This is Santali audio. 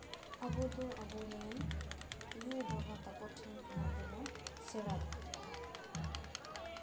ᱟᱵᱚ ᱫᱚ ᱟᱵᱚ ᱨᱮᱱ ᱭᱩ ᱵᱟᱵᱟ ᱛᱟᱠᱚ ᱴᱷᱮᱱ ᱠᱷᱚᱱᱟᱜ ᱜᱮᱵᱚᱱ ᱥᱮᱬᱟ ᱫᱟᱲᱮᱭᱟᱜᱼᱟ